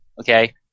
Okay